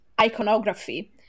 iconography